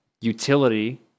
utility